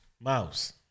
Mouse